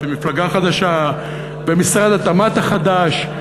אתם מפלגה חדשה במשרד התמ"ת החדש.